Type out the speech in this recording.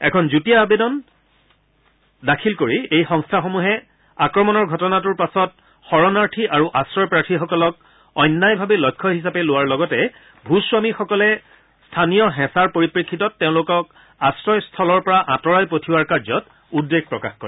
এখন যুটীয়া আবেদন এই সংস্থাসমূহে আক্ৰমণৰ ঘটনাটোৰ পাছত শৰণাৰ্থী আৰু আশ্ৰয়প্ৰাৰ্থীসকলক অন্যায়ভাৱে লক্ষ্য হিচাৰে লোৱাৰ লগতে ভূম্বামীসকলে স্থানীয় হেচাৰ পৰিপ্ৰেক্ষিতত তেওঁলোকক আশ্ৰয়স্থলৰ পৰা আঁতৰাই পঠিওৱাৰ কাৰ্যত উদ্বেগ প্ৰকাশ কৰে